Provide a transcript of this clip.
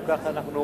אם כך, אנחנו